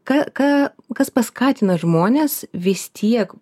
ką ką kas paskatina žmones vis tiek